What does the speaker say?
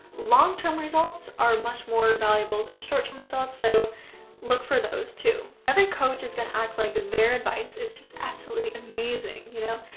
long-term results are much more valuable than short-term results so look for those too. every coach is going to act like their advice is just absolutely amazing, you know,